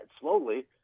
slowly